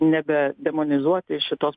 nebedemonizuoti šitos